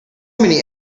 many